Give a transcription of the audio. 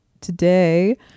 today